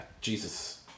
Jesus